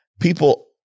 People